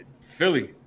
Philly